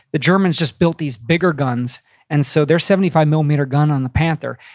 the germans just built these bigger guns and so their seventy five millimeter gun on the panther,